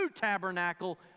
tabernacle